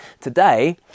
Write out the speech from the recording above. today